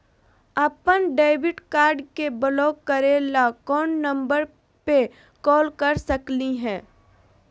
अपन debit card के block करे ला कौन नंबर पे कॉल कर सकली हई?